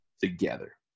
Together